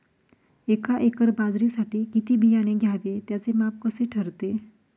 एका एकर बाजरीसाठी किती बियाणे घ्यावे? त्याचे माप कसे ठरते?